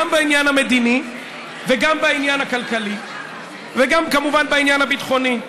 גם בעניין המדיני וגם בעניין הכלכלי וגם כמובן בעניין הביטחוני.